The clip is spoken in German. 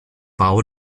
bau